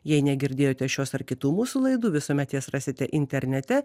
jei negirdėjote šios ar kitų mūsų laidų visuomet jas rasite internete